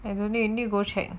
I don't need need go check